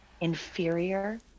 inferior